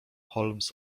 holmes